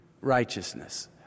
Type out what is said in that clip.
righteousness